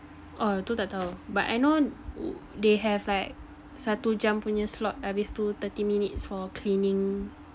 oh tu tak tau but I know they have like satu jam punya slot habis tu thirty minutes for cleaning